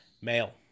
Male